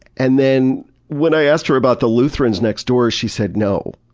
and then when i asked her about the lutherans next door, she said no.